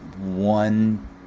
one